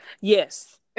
Yes